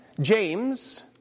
James